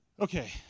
Okay